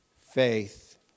faith